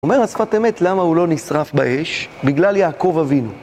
אומר השפת אמת למה הוא לא נשרף באש? בגלל יעקב אבינו.